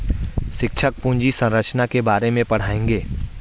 शिक्षक पूंजी संरचना के बारे में पढ़ाएंगे